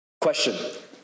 Question